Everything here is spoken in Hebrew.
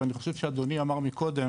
ואני חושב שאדוני אמר מקודם,